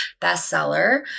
bestseller